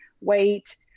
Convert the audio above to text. weight